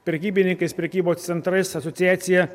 prekybininkais prekybos centrais asociacija